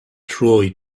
suoi